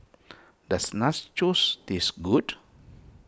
does Nachos taste good